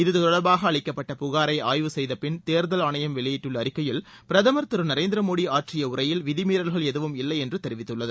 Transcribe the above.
இது தொடர்பாக அளிக்கப்பட்ட புகாரை ஆய்வு செய்தபின் தேர்தல் ஆணையம் வெளியிட்டுள்ள அறிக்கையில் பிரதமர் திரு நரேந்திர மோதி ஆற்றிய உரையில் விதிமீறல்கள் எதுவும் இல்லை என்று தெரிவித்துள்ளது